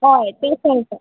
हय तें येता